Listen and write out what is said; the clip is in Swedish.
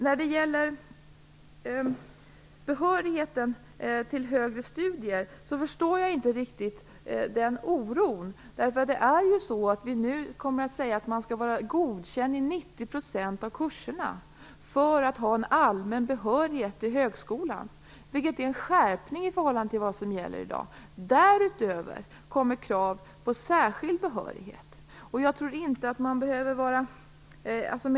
När det gäller behörigheten till högre studier förstår jag inte riktigt Ulf Melins oro, eftersom vi nu säger att man skall vara godkänd i 90 % av kurserna för att ha en allmän behörighet till högskolan, vilket är en skärpning i förhållande till vad som gäller i dag. Därutöver kommer krav på särskild behörighet.